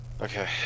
Okay